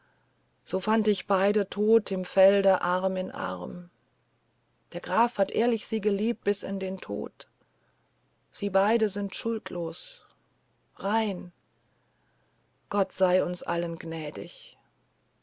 so fand ich beide tot im felde arm in arm der graf hat ehrlich sie geliebt bis in den tod sie beide sind schuldlos rein gott sei uns allen gnädig